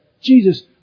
Jesus